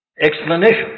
explanation